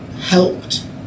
helped